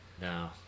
No